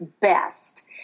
best